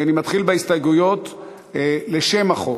ואני מתחיל בהסתייגויות לשם החוק.